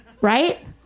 right